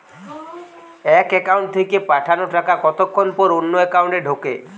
এক একাউন্ট থেকে পাঠানো টাকা কতক্ষন পর অন্য একাউন্টে ঢোকে?